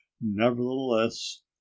nevertheless